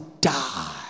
die